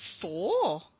four